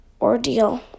ordeal